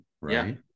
right